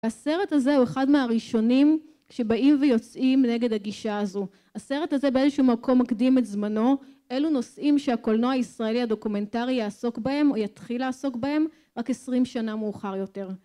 הסרט הזה הוא אחד מהראשונים שבאים ויוצאים נגד הגישה הזו. הסרט הזה, באיזשהו מקום, מקדים את זמנו. אלו נושאים שהקולנוע הישראלי הדוקומנטרי יעסוק בהם, או יתחיל לעסוק בהם, רק עשרים שנה מאוחר יותר.